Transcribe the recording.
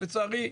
לצערי,